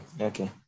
Okay